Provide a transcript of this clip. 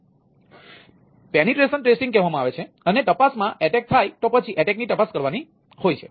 તેથી તે penetration testing કહેવામાં આવે છે અને તપાસમાં અટેક થાય તો પછી અટેક ની તપાસ કરવાની હોય છે